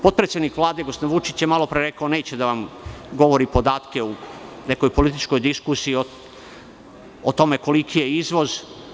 Potpredsednik Vlade, gospodin Vučić je malopre rekao da neće da vam govori podatke u nekoj političkoj diskusiji o tome koliki je izvoz.